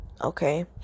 Okay